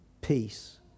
peace